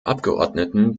abgeordneten